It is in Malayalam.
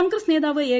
കോൺഗ്രസ് നേതാവ് ഏ